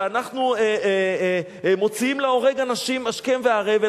שאנחנו מוציאים להורג אנשים השכם והערב,